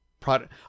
product